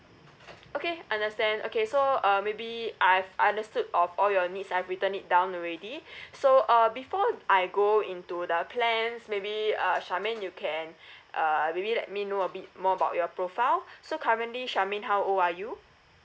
okay understand okay so uh maybe I've understood of all your needs I've written it down already so uh before I go into the plans maybe uh shermaine you can uh maybe let me know a bit more about your profile so currently shermaine how old are you